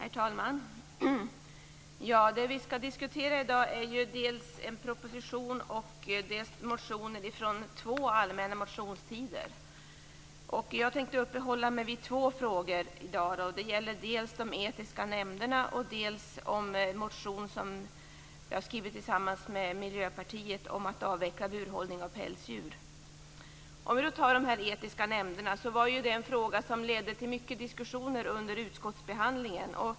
Herr talman! Det vi skall diskutera i dag är dels en proposition, dels motioner från två allmänna motionstider. Jag tänker uppehålla mig vid två frågor i dag. Det gäller dels de etiska nämnderna, dels en motion som jag har skrivit tillsammans med Miljöpartiet om att avveckla burhållning av pälsdjur. De etiska nämnderna var en fråga som ledde till mycket diskussioner under utskottsbehandlingen.